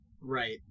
Right